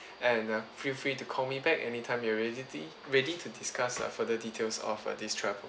and err feel free to call me back anytime you ready ready to discuss further details of this travel